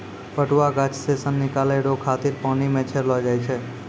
पटुआ गाछ से सन निकालै रो खातिर पानी मे छड़ैलो जाय छै